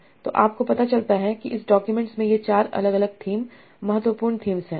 तो आपको पता चलता है कि इस डॉक्यूमेंट्स में ये 4 अलग अलग थीम महत्वपूर्ण थीम्स हैं